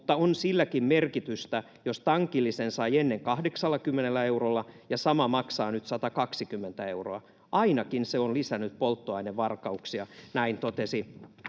Mutta on silläkin merkitystä, jos tankillisen sai ennen 80 eurolla ja sama maksaa nyt 120 euroa. Ainakin se on lisännyt polttoainevarkauksia.” Näin totesi